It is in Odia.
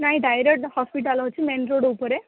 ନାଇଁ ଡାଇରେକ୍ଟ୍ ହସ୍ପିଟାଲ୍ ଅଛି ମେନରୋଡ୍ ଉପରେ